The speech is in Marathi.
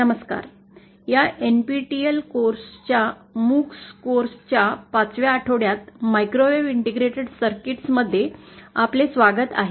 नमस्कार या एनपीटीईएल एमओसीएस कोर्स च्या पाचव्या आठवड्यात मायक्रोवेव्ह इंटिग्रेटेड सर्किट्स मध्ये आपले स्वागत आहे